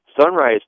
Sunrise